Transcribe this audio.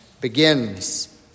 begins